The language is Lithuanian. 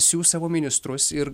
siųs savo ministrus ir